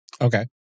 Okay